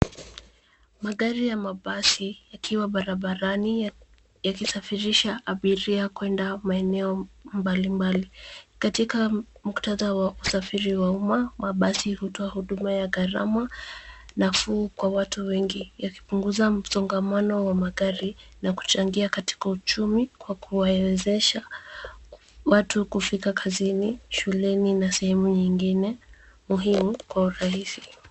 Magari ya mabasi, yakiwa barabarani yakisafirisha abiria kuenda maeneo mbalimbali. Katika muktadha wa kusafiri wa umma, mabasi hutoa huduma ya gharama nafuu kwa watu wengi, yakipunguza msongamano wa magari na kuchangia katika uchumi kwa kuwaezesha watu kufika kazini, shuleni na sehemu nyingine muhimu kwa urahisi.